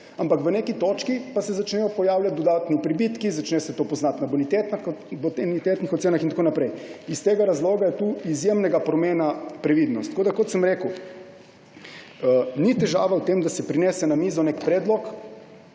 ampak v neki točki pa se začnejo pojavljati dodatni pribitki, začne se to poznati na bonitetnih ocenah in tako naprej. Iz tega razloga je tu izjemnega pomena previdnost. Kot sem rekel, ni težava v tem, da se prinese na mizo nek predlog,